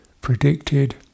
predicted